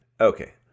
Okay